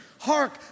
hark